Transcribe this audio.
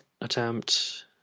attempt